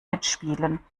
mitspielen